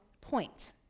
point